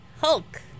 Hulk